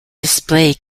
display